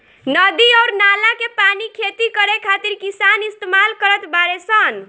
नदी अउर नाला के पानी खेती करे खातिर किसान इस्तमाल करत बाडे सन